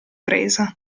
presa